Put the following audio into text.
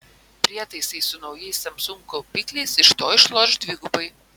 prietaisai su naujais samsung kaupikliais iš to išloš dvigubai